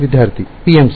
ವಿದ್ಯಾರ್ಥಿ PMC